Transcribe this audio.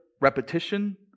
repetition